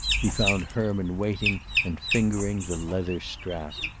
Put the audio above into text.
he found herman waiting and fingering the leather strap.